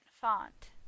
font